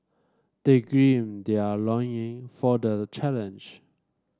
they gird their loin for the challenge